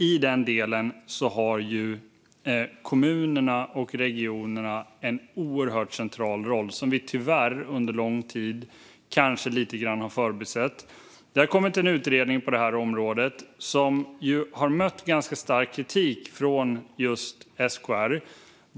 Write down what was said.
I den delen har kommunerna och regionerna en oerhört central roll som vi tyvärr kanske lite grann under lång tid har förbisett. Det har kommit en utredning på det här området som har mött ganska stark kritik från just SKR.